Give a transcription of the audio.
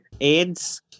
AIDS